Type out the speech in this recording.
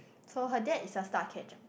so her dad is a star catcher